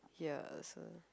ya so